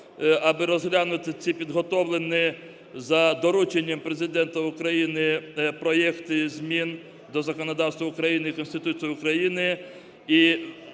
аби розглянути ці підготовлені за дорученням Президента України проекти змін до законодавства України та Конституції України